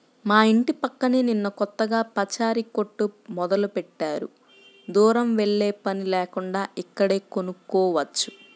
మా యింటి పక్కనే నిన్న కొత్తగా పచారీ కొట్టు మొదలుబెట్టారు, దూరం వెల్లేపని లేకుండా ఇక్కడే కొనుక్కోవచ్చు